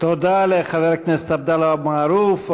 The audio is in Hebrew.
תודה לחבר הכנסת עבדאללה אבו מערוף.